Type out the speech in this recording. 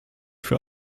für